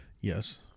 Yes